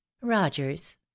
rogers